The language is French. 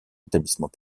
établissement